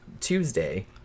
Tuesday